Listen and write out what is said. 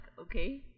Okay